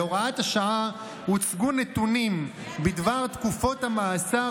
בהוראת השעה הוצגו נתונים בדבר תקופות המאסר